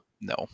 No